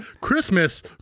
Christmas